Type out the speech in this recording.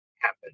happen